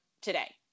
today